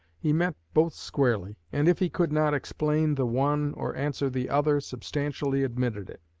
he met both squarely, and, if he could not explain the one or answer the other, substantially admitted it.